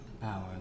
power